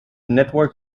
network